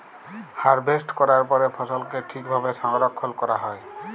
harvest ক্যরার পরে ফসলকে ঠিক ভাবে সংরক্ষল ক্যরা হ্যয়